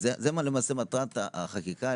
זאת למעשה מטרת החקיקה,